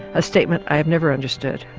a statement i've never understood.